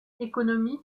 économie